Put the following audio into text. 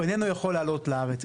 הוא איננו יכול לעלות לארץ,